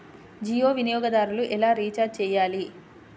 జియో వినియోగదారులు ఎలా రీఛార్జ్ చేయాలి?